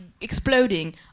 exploding